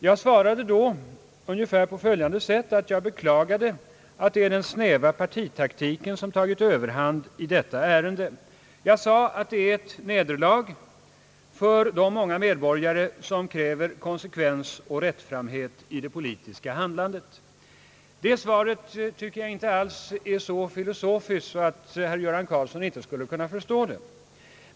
Jag svarade förra gången ungefär på det sättet att jag beklagade att den snäva partitaktiken tagit överhand i detta ärende. Jag sade att det är ett nederlag för de många medborgare som kräver konsekvens och rättframhet i det politiska handlandet. Jag tycker inte alls att det svaret är så filosofiskt att herr Göran Karlsson inte skulle kunna förstå det.